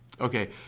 Okay